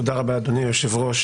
תודה רבה אדוני היו"ר.